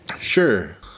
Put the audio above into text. Sure